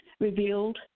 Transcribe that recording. revealed